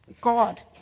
God